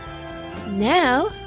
Now